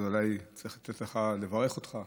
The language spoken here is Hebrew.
אז אולי צריך לברך אותך,